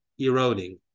eroding